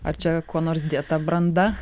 ar čia kuo nors dėta branda